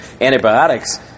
antibiotics